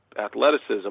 athleticism